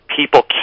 people